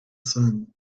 sun